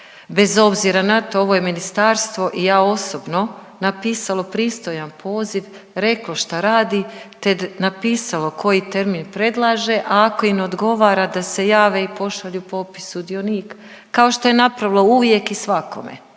Bez obzira na to ovo je ministarstvo i ja osobno napisalo pristojan poziv reklo šta radi, te napisalo koji termin predlaže. Ako im odgovara da se jave i pošalju popis sudionika kao što je napravila uvijek i svakome